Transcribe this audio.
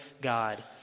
God